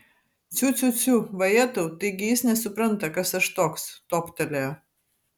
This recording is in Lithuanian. ciu ciu ciu vajetau taigi jis nesupranta kas aš toks toptelėjo